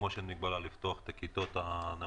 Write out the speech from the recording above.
כמו שאין מגבלה לפתוח את הכיתות הנמוכות